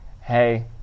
hey